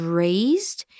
raised